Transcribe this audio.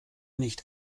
nicht